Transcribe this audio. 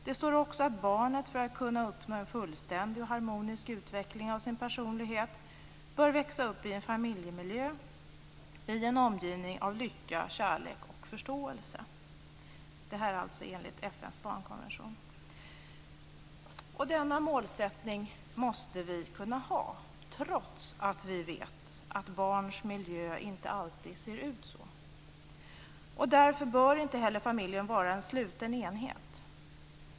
Det står också att barnet för att kunna uppnå en fullständig och harmonisk utveckling av sin personlighet bör växa upp i en familjemiljö i en omgivning av lycka, kärlek och förståelse. Det här är alltså enligt FN:s barnkonvention. Denna målsättning måste vi kunna ha trots att vi vet att barns miljö inte alltid ser ut så. Därför bör inte heller familjen vara en sluten enhet.